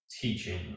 teaching